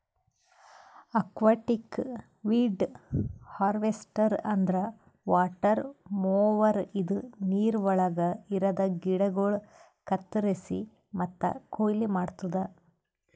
aquatic weed harvester ಅಂದ್ರ water mower ಇದು ನೀರವಳಗ್ ಇರದ ಗಿಡಗೋಳು ಕತ್ತುರಸಿ ಮತ್ತ ಕೊಯ್ಲಿ ಮಾಡ್ತುದ